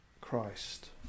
Christ